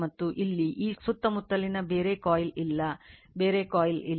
ಮತ್ತು ಇಲ್ಲಿ ಈ ಸುತ್ತಮುತ್ತಲಿನ ಬೇರೆ ಕಾಯಿಲ್ ಇಲ್ಲ ಬೇರೆ ಕಾಯಿಲ್ ಇಲ್ಲ